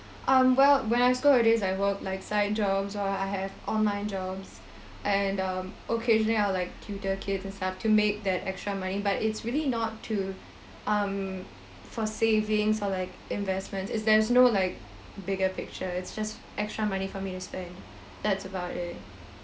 um well when I have school nowadays I work like side jobs or I have online jobs and um occasionally I'll like tutor kids and stuff to make that extra money but it's really not to um for savings or like investments it's there's no like bigger picture it's just extra money for me to spend that's about it